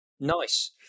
Nice